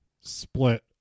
split